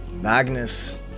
Magnus